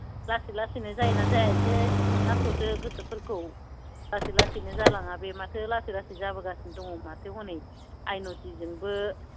लासै लासैनो जायोना जाया एसे हमथाथ'दो गोसोफोरखौ लासै लासैनो जालाङाबि माथो लासै लासै जाबोगासिनो दं माथो हनै आय न'दिजोंबो